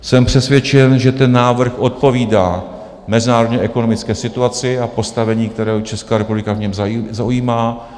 Jsem přesvědčen, že ten návrh odpovídá mezinárodní ekonomické situaci a postavení, které Česká republika v něm zaujímá.